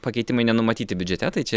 pakeitimai nenumatyti biudžete tai čia